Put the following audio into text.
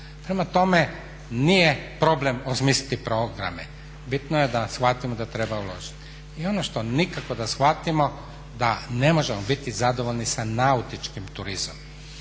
Prema tome, nije problem osmisliti programe, bitno je da shvatimo da treba uložiti. I ono što nikako da shvatimo da ne možemo biti zadovoljni sa nautičkim turizmom.